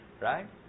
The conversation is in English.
right